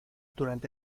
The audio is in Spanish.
durante